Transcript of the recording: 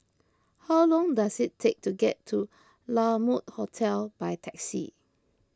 how long does it take to get to La Mode Hotel by taxi